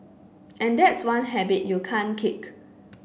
and that's one habit you can't kick